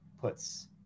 puts